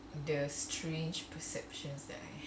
the strange perceptions there